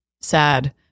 sad